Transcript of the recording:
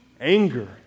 anger